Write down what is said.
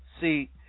See